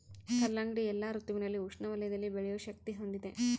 ಕಲ್ಲಂಗಡಿ ಎಲ್ಲಾ ಋತುವಿನಲ್ಲಿ ಉಷ್ಣ ವಲಯದಲ್ಲಿ ಬೆಳೆಯೋ ಶಕ್ತಿ ಹೊಂದಿದೆ